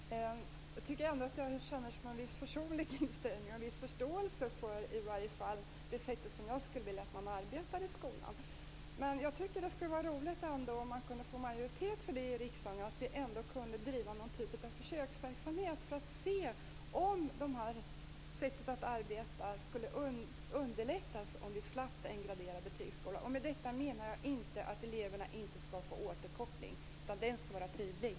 Fru talman! Jag tycker ändå att jag känner en försonlig inställning och i varje fall en viss förståelse för det sätt som jag skulle vilja att man arbetade på i skolan. Men jag tycker att det skulle vara roligt om man kunde få majoritet för detta i riksdagen och om vi kunde driva någon form av försöksverksamhet för att se om det här sättet att arbeta skulle underlättas om vi slapp en graderad betygsskala. Med detta menar jag inte att eleverna inte skall få återkoppling, utan den skall vara tydlig.